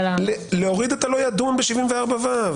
להוריד את ה"לא ידון" ב-74ו.